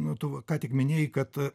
nu tu va ką tik minėjai kad